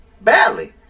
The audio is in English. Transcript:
badly